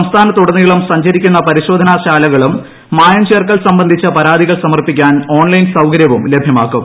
സംസ്ഥാനത്തുടനീളം സഞ്ചരിക്കുന്ന പരിശോധന ശാലകളും മായം ചേർക്കൽ സംബന്ധിച്ച പരാതികൾ സമർപ്പിക്കാൻ ഓൺലൈൻ സൌകര്യവും ലഭ്യമാക്കും